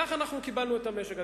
כך אנחנו קיבלנו את המשק.